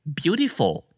beautiful